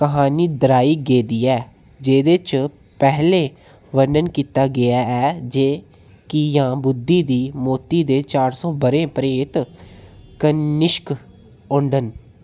कहानी दरहाई गेदी ऐ जेह्दे च पैह्ले बर्णन कीता गेआ ऐ जे की जां बुद्धि दी मोती दे चार सौ ब'रे परेंत कनिष्क होङन